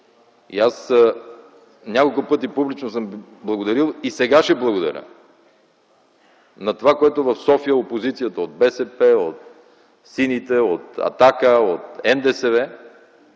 и аз няколко пъти публично съм благодарил и сега ще благодаря за това, което в София опозицията от БСП, от сините, от „Атака”, от НДСВ